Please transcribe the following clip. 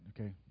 Okay